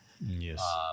Yes